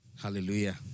Hallelujah